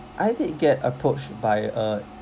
I did get approached by uh